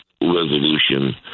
resolution